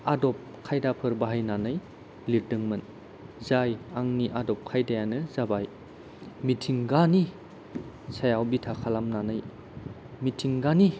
आदब खायदाफोर बाहायनानै लिरदोंमोन जाय आंनि आदब खायदायानो जाबाय मिथिंगानि सायाव बिथा खालामनानै मिथिंगानि